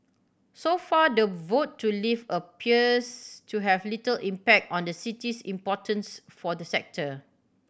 so far the vote to leave appears to have little impact on the city's importance for the sector